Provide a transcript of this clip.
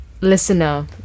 listener